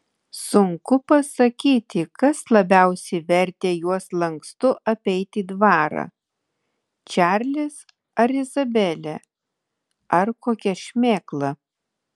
sunku pasakyti kas labiausiai vertė juos lankstu apeiti dvarą čarlis ar izabelė ar kokia šmėkla